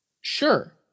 sure